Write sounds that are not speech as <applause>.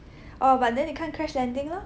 <breath> oh but then 你看 Crash Landing lor